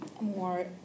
more